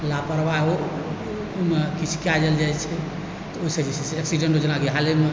लापरवाहियोमे किछु कए देल जाइत छै तऽ ओहिसँ जे छै एक्सीडेण्ट जेना कि हालेमे